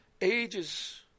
ages